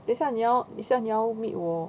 等一下你要等一下你要 meet 我